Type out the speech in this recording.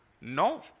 No